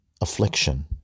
affliction